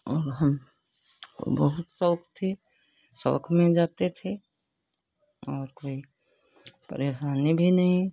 और हम और बहुत शौक थी शौक में जाते थे और कोई परेशानी भी नहीं